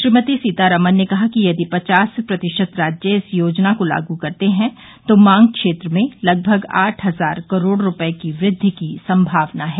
श्रीमती सीतारामन ने बताया कि यदि पचास प्रतिशत राज्य इस योजना को लागू करते हैं तो मांग क्षेत्र में लगभग आठ हजार करोड रूपये की वृद्धि की संभावना है